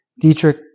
Dietrich